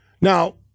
Now